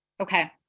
Okay